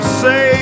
say